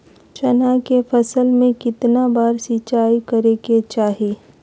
चना के फसल में कितना बार सिंचाई करें के चाहि?